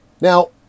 Now